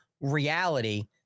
reality